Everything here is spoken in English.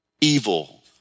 evil